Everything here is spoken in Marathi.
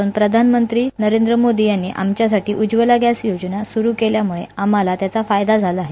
पण प्रधानमंत्री नरेंद्र मोदी यांनी आमच्यासाठी उज्ज्वला गॅस योजना सुरु केल्यामुळे आम्हाला त्याचा फायदा झाला आहे